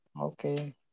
Okay